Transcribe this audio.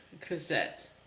cassette